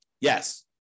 Yes